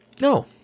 No